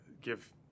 give